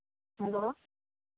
hello